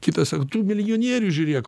kitas sako tu milijonierius žiūrėk